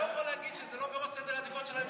אתה לא יכול להגיד שזה לא בראש סדר העדיפויות של הממשלה.